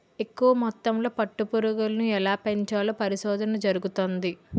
ఎక్కువ మొత్తంలో పట్టు పురుగులను ఎలా పెంచాలో పరిశోధన జరుగుతంది